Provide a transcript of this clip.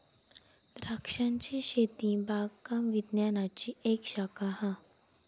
द्रांक्षांची शेती बागकाम विज्ञानाची एक शाखा हा